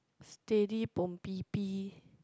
steady bom pi pi